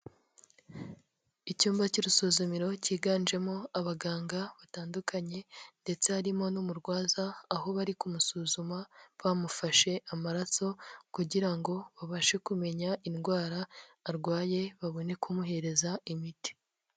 Icyumba cy'urusuzumiro cy'iganjemo abaganga batandukanye ndetse harimo n'umurwaza aho bari kumusuzuma, bamufashe amaraso kugirango babashe kumenya indwara arwaye babone kumuhereza imiti.